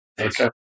Okay